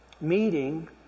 Meeting